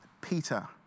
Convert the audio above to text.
Peter